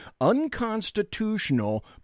unconstitutional